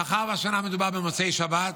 מאחר שהשנה מדובר במוצאי שבת,